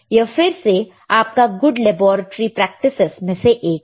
यह फिर से आपका गुड लैबोरेट्री प्रैक्टिसेस में से एक है